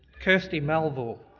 kirsti melville,